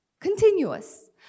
Continuous